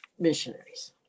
missionaries